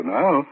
now